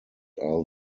are